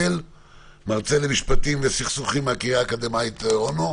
מרצה למשפטים וסכסוכים מן הקריה האקדמית אונו.